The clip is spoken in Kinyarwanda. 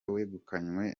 wegukanywe